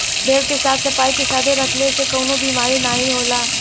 भेड़ के साफ सफाई के साथे रखले से कउनो बिमारी नाहीं होला